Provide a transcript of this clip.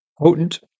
potent